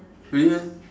really meh